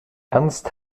ernst